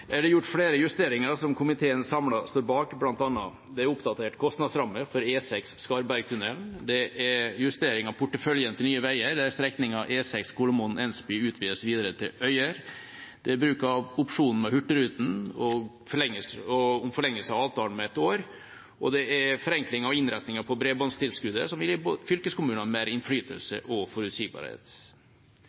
er det gjort flere justeringer som komiteen samlet står bak. Blant annet er det oppdatert kostnadsramme for E69 Skarvbergtunnelen, det er justering av porteføljen til Nye Veier der strekningen E6 Kolomoen–Ensby utvides videre til Øyer, det er bruk av opsjonen med Hurtigruten om forlengelse av avtalen med ett år, og det er forenkling av innretningen på bredbåndstilskuddet, som vil gi fylkeskommunene mer innflytelse og forutsigbarhet.